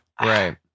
Right